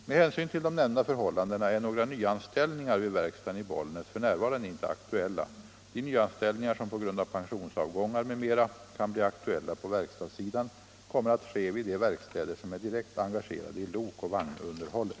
Med hänsyn till de nämnda förhållandena är några nyanställningar vid verkstaden i Bollnäs f. n. inte aktuella. De nyanställningar som på grund av pensionsavgångar m.m. kan bli aktuella på verkstadssidan kommer att ske vid de verkstäder som är direkt engagerade i lokoch vagnunderhållet.